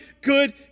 good